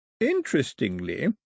Interestingly